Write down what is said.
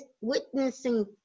witnessing